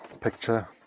picture